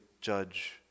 judge